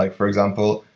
like for example,